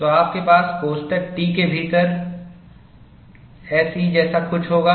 तो आपके पास कोष्ठक T के भीतर एसई जैसा कुछ होगा